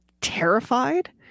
terrified